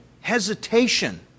hesitation